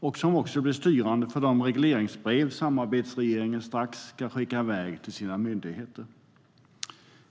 Den blir också styrande för de regleringsbrev samarbetsregeringen strax ska skicka iväg till sina myndigheter.